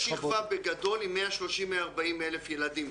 כל שכבה בגדול היא 130 140 אלף ילדים.